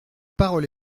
parole